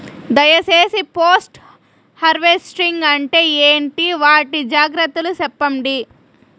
దయ సేసి post harvesting అంటే ఏంటి? వాటి జాగ్రత్తలు సెప్పండి?